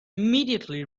immediately